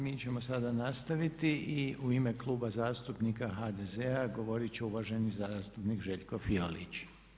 Mi ćemo sada nastaviti i u ime Kluba zastupnika HDZ-a govorit će uvaženi zastupnik Željko Fiolić.